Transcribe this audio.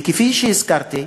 וכפי שהזכרתי,